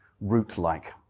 root-like